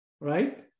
right